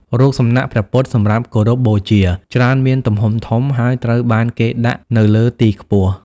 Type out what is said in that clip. រូបសំណាក់ព្រះពុទ្ធសម្រាប់គោរពបូជាច្រើនមានទំហំធំ ហើយត្រូវបានគេដាក់នៅលើទីខ្ពស់។